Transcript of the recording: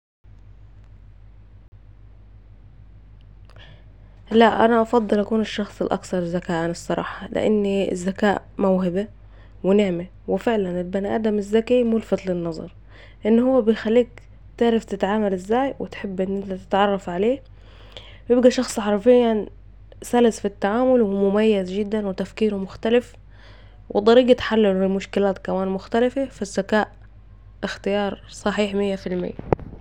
لأ أفضل أكون الشخص الاكثر ذكاء الصراحه لأن الذكاء موهبه و نعمه ،و فعلاً البني آدم الذكي ملفت للنظر أن هو بيخليك تعرف تتعامل ازاي و تحب أن أنت تتعرف عليه بيبقي شخص حرفياً سلس في التعامل ومميز جدا وطريقة تفكيرة مختلف ، وطريقة حله للمشكلات كمان مختلفه ، فا الذكاء اختيار صحيح ميه في الميه